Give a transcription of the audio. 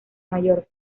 mallorca